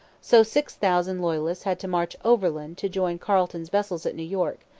so six thousand loyalists had to march overland to join carleton's vessels at new york,